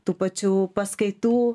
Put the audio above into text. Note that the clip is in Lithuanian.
tų pačių paskaitų